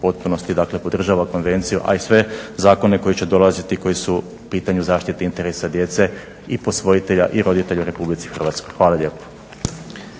potpunosti podržava konvenciju, a i sve zakone koji će dolaziti koji su u pitanju zaštiti interesa djece i posvojitelja i roditelja u RH. Hvala lijepo.